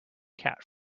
cat